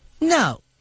No